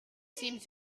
seemed